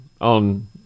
on